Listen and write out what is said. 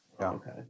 Okay